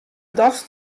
dochs